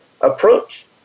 approach